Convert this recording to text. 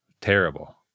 Terrible